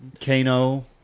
Kano